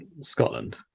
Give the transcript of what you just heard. Scotland